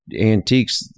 antiques